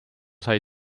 sai